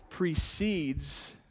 Precedes